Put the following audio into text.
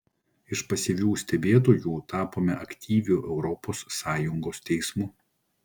iš pasyvių stebėtojų tapome aktyviu europos sąjungos teismu